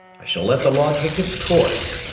i shall let the law take its course.